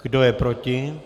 Kdo je proti?